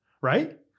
Right